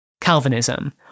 Calvinism